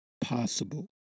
possible